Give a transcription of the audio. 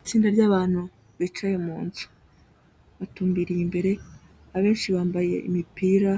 Itsinda ry'abantu bicaye mu nzu, batumbiriye imbere, abenshi bambaye imipira